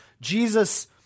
jesus